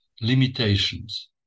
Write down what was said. limitations